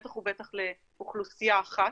בטח ובטח לאוכלוסייה אחת,